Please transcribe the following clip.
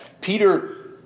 Peter